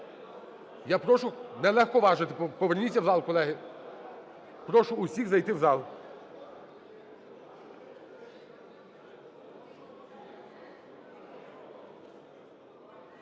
Я прошу не легковажити, поверніться в зал, колеги. Прошу усіх зайти в зал.